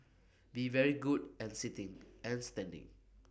be very good and sitting and standing